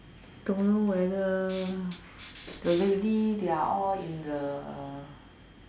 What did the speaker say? don't know whether the lady they are all in the